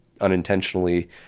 unintentionally